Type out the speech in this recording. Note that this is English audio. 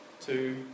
two